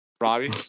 Robbie